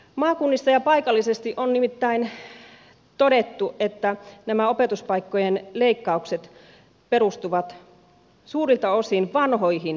maakunnissa ja paikallisesti on nimittäin todettu että nämä opetuspaikkojen leikkaukset perustuvat suurilta osin vanhoihin tietoihin